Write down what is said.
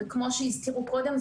וכפי שהזכירו קודם,